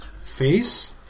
Face